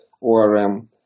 ORM